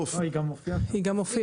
שבסוף --- שר החקלאות ופיתוח הכפר